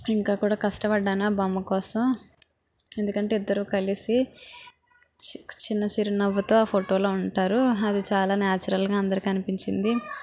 ఇంకా కూడా కష్టపడ్డాను ఆ బొమ్మ కోసం ఎందుకంటే ఇద్దరు కలిసి చి చిన్న చిరునవ్వుతో ఆ ఫొటో లో ఉంటారు అది చాలా నేచురల్ గా అందరికి అనిపించింది